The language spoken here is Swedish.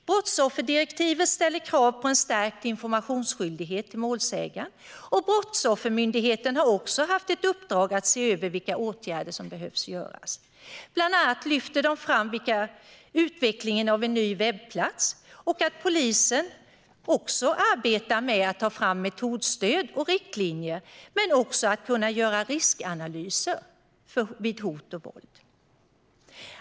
Brottsofferdirektivet ställer krav på en stärkt informationsskyldighet till målsägaren, och Brottsoffermyndigheten har också haft ett uppdrag att se över vilka åtgärder som behöver vidtas. Bland annat lyfter de fram utvecklingen av en ny webbplats, och polisen arbetar med att ta fram metodstöd och riktlinjer men också med att kunna göra riskanalyser vid hot och våld.